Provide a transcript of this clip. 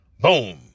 Boom